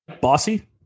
Bossy